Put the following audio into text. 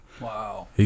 Wow